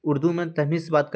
اردو میں تمیز سے بات کر